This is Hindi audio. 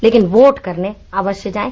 लेकिन वोट करने अवश्य जाये